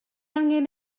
angen